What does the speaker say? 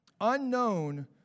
unknown